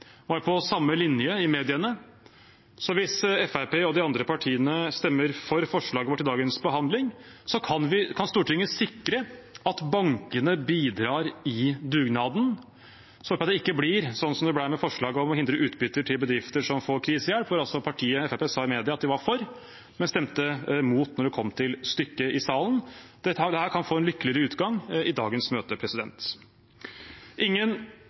og det er jeg glad for – at Siv Jensen i går kveld var på samme linje i media, så hvis Fremskrittspartiet og de andre partiene stemmer for forslaget vårt i dagens behandling, kan Stortinget sikre at bankene bidrar i dugnaden, sånn at det ikke blir som det ble med forslaget om å hindre utbytte til bedrifter som får krisehjelp, hvor Fremskrittspartiet sa i media at de var for, men stemte mot da det kom til stykket i salen. Dette kan få en lykkeligere utgang i dagens møte. Ingen